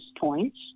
points